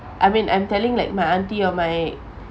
I mean I'm telling like my auntie or my